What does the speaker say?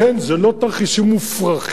לכן, זה לא תרחישים מופרכים.